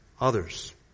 others